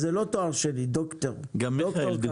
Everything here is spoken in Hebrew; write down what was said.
דע לך